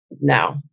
no